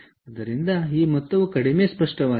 ಆದ್ದರಿಂದ ಆ ಮೊತ್ತವು ಕಡಿಮೆ ಸ್ಪಷ್ಟವಾಗಿಲ್ಲ